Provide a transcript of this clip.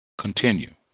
Continue